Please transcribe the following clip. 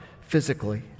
physically